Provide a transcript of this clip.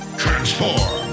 transform